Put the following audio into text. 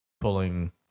pulling